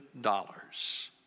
dollars